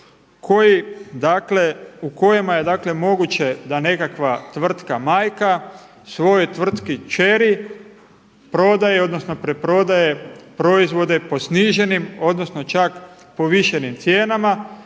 u kojima je moguće da nekakva tvrtka majka svojoj tvrtki kćeri prodaje odnosno preprodaje proizvode po sniženim odnosno čak povišenim cijenama